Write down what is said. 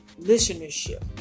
listenership